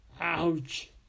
Ouch